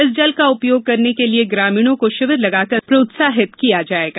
इस जल का उपयोग करने के लिए ग्रामीणों को षिविर लगाकर प्रोत्साहित किया जाएगा